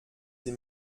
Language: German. sie